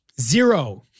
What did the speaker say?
Zero